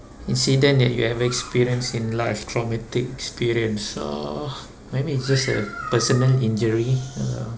incident that you have experience in life traumatic experience uh maybe it's just a personal injury